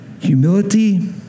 Humility